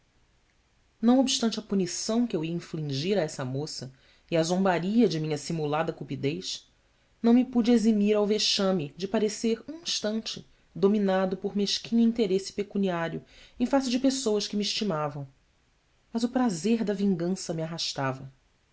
não obstante a punição que eu ia infligir a essa moça e a zombaria de minha simulada cupidez não me pude eximir ao vexame de parecer um instante dominado por mesquinho interesse pecuniário em face de pessoas que me estimavam mas o prazer da vingança me arrastava